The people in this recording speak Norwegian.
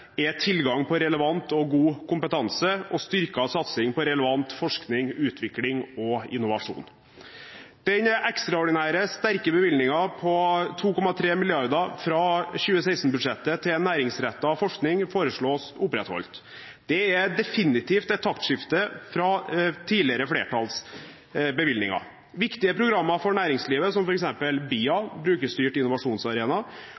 er tilgang på relevant og god kompetanse og styrket satsing på relevant forskning, utvikling og innovasjon. Den ekstraordinære, sterke bevilgningen på 2,3 mrd. kr fra 2016-budsjettet til næringsrettet forskning foreslås opprettholdt. Det er definitivt et taktskifte fra tidligere flertalls bevilgninger. Viktige programmer for næringslivet, som